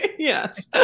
Yes